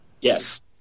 Yes